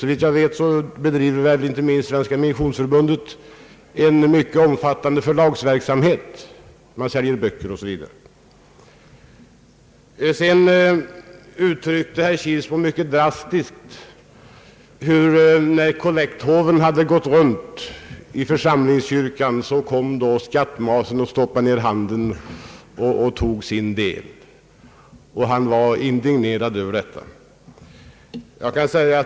Såvitt jag vet bedriver inte minst Svenska missionsförbundet en omfattande förlagsverksamhet. Man säljer böcker Osv. Sedan beskrev herr Kilsmo mycket drastiskt hur skattmasen kommer, stoppar ner handen och tar sin del när kollekthåven gått runt i församlingskyrkan. Herr Kilsmo var indignerad över detta.